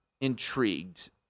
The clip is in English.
intrigued